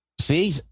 See